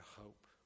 hope